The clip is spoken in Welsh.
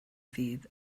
ddydd